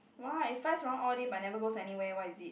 why it flies around all day but never goes anywhere what is it